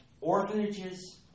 orphanages